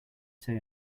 say